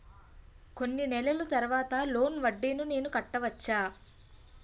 కొన్ని నెలల తర్వాత లోన్ వడ్డీని నేను కట్టవచ్చా?